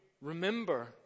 remember